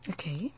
Okay